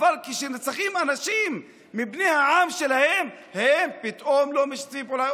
אבל כשנרצחים אנשים מבני העם שלהם הם פתאום לא משתפים פעולה?